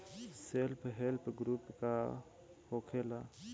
Self help group का होखेला?